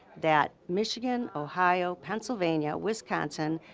that michigan, ohio, pennsylvania, wisconsin,